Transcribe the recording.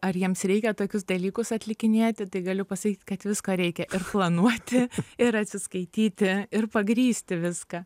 ar jiems reikia tokius dalykus atlikinėti tai galiu pasakyt kad visko reikia ir planuoti ir atsiskaityti ir pagrįsti viską